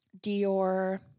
Dior